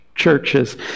churches